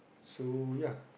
so ya